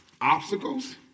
Obstacles